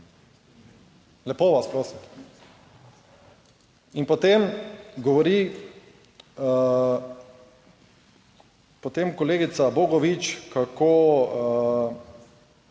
Lepo vas prosim. In potem govori potem kolegica Bogovič, kako